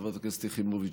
חברת הכנסת יחימוביץ,